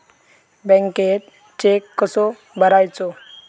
बँकेत चेक कसो भरायचो?